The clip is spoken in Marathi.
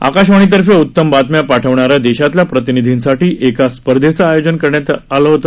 आकाशवाणीतर्फे उत्तम बातम्या शाठविणाऱ्या देशभरातल्या प्रतिनिधींसाठी एका स्थार्धेचे आयोजन करण्यात येते